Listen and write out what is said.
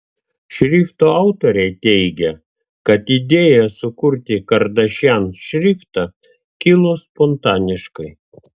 šrifto autoriai teigia kad idėja sukurti kardashian šriftą kilo spontaniškai